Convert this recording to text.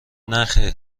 نخیر